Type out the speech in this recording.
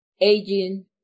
aging